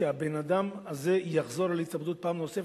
שהבן-אדם הזה יחזור על ההתאבדות פעם נוספת,